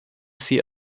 sie